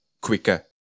quicker